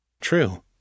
True